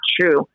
true